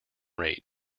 rate